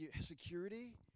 Security